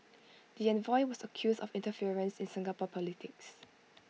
the envoy was accused of interference in Singapore politics